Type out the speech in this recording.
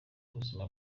buzima